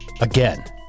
again